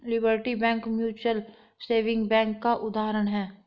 liberty Bank mutual saving bank का उदाहरण है